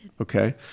Okay